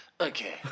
Okay